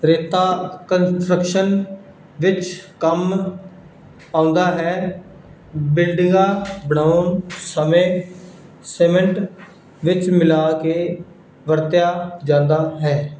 ਰੇਤਾ ਕੰਸਟਰਕਸ਼ਨ ਵਿਚ ਕੰਮ ਆਉਂਦਾ ਹੈ ਬਿਲਡਿੰਗਾਂ ਬਣਾਉਣ ਸਮੇਂ ਸੀਮੈਂਟ ਵਿੱਚ ਮਿਲਾ ਕੇ ਵਰਤਿਆ ਜਾਂਦਾ ਹੈ